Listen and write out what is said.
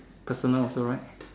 personal also right